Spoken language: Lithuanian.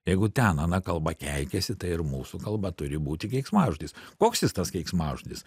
jeigu ten ana kalba keikiasi tai ir mūsų kalba turi būti keiksmažodis koks jis tas keiksmažodis